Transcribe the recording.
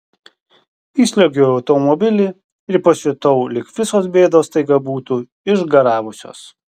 įsliuogiau į automobilį ir pasijutau lyg visos bėdos staiga būtų išgaravusios